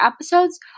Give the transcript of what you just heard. episodes